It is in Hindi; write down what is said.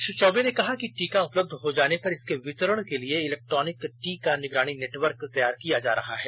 श्री चौबे ने कहा कि टीका उपलब्ध हो जाने पर इसके वितरण के लिए इलेक्ट्रॉनिक टीका निगरानी नेटवर्क तैयार किया जा रहा है